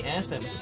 Anthem